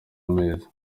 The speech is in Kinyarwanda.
amezi